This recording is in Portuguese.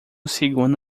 segundo